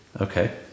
Okay